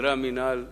סדרי המינהל בכנסת,